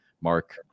Mark